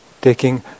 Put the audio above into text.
taking